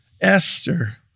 Esther